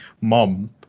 mom